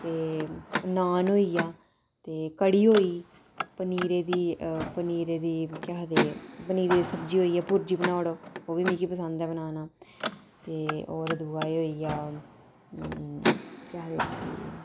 ते नान होई गेआ ते कह्ड़ी होई पनीरे दी पनीरे दी केह् आखदे पनीरे दी सब्जी होई जां भुर्जी बनाई ओड़ो ओह् बी मिगी पसंद ऐ बनाना ते होर दुआ एह् होई गेआ एह् केह् आखदे उसी